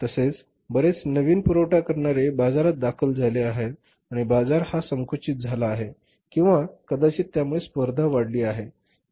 तसेच बरेच नवीन पुरवठा करणारे बाजारात दाखल झाले आहेत आणि बाजार हा संकुचित झाला आहे किंवा कदाचित त्यामुळे स्पर्धा ही वाढली आहे